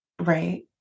Right